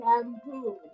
shampoo